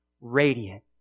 Radiant